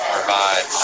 provide